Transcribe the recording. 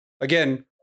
Again